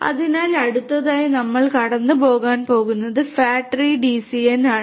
അതിനാൽ അടുത്തതായി നമ്മൾ കടന്നുപോകാൻ പോകുന്നത് ഫാറ്റ് ട്രീ ഡിസിഎൻ ആണ്